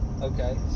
Okay